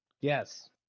Yes